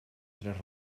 tres